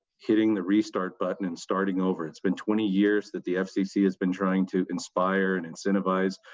hitting the restart button and starting over, it's been twenty years that the fcc has been trying to inspire, and incentivize,